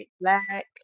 black